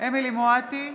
אמילי חיה מואטי,